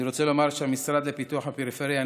אני רוצה לומר שהמשרד לפיתוח הפריפריה,